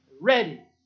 ready